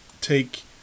take